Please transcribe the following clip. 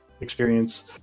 experience